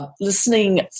Listening